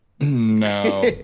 no